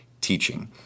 teaching